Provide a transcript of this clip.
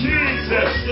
Jesus